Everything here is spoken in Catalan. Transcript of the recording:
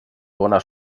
bona